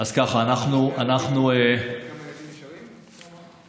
כמה ילדים נשארים?